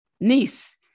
niece